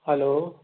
hello